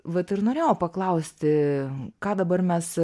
vat ir norėjau paklausti ką dabar mes